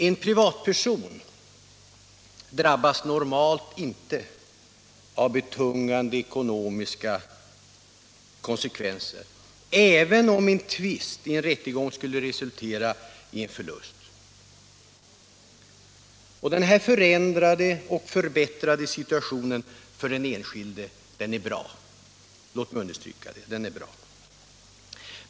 En privatperson drabbas normalt inte av betungande ekonomiska konsekvenser, även om en tvist i en rättegång skulle resultera i en förlust. Denna förändrade och förbättrade situation för den enskilde är bra, låt mig understryka det.